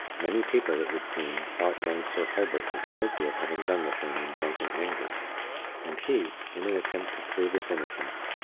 many people, it would seem, thought young sir hulbert was guilty of having done the thing in drunken anger and he, in an attempt to prove his innocence,